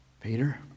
Peter